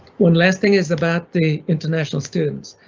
one last thing is about the international students.